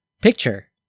picture